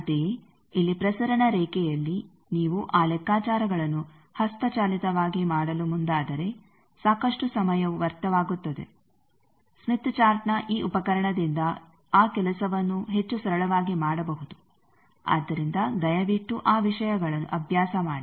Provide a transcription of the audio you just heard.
ಅಂತೆಯೇ ಇಲ್ಲಿ ಪ್ರಸರಣ ರೇಖೆಯಲ್ಲಿ ನೀವು ಆ ಲೆಕ್ಕಾಚಾರಗಳನ್ನು ಹಸ್ತಚಾಲಿತವಾಗಿ ಮಾಡಲು ಮುಂದಾದರೆ ಸಾಕಷ್ಟು ಸಮಯವು ವ್ಯರ್ಥವಾಗುತ್ತದೆ ಸ್ಮಿತ್ ಚಾರ್ಟ್ನ ಈ ಉಪಕರಣದಿಂದ ಆ ಕೆಲಸವನ್ನು ಹೆಚ್ಚು ಸರಳವಾಗಿ ಮಾಡಬಹುದು ಆದ್ದರಿಂದ ದಯವಿಟ್ಟು ಆ ವಿಷಯಗಳನ್ನು ಅಭ್ಯಾಸ ಮಾಡಿ